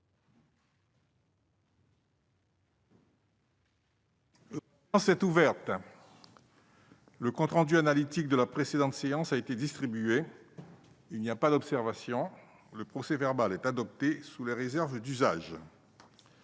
Le procès-verbal est adopté sous les réserves d'usage.